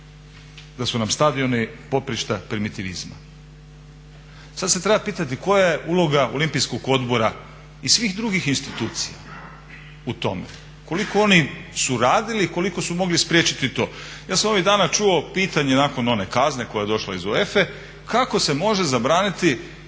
da su nam stadioni poprišta primitivizma. Sad se treba pitati koja je uloga Olimpijskog odbora i svih drugih institucija u tome, koliko oni su radili i koliko su mogli spriječiti to? Ja sam ovih dana čuo pitanje nakon one kazne koja je došla iz UEFA-e kako se može zabraniti